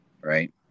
right